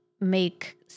make